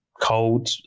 cold